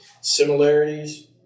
Similarities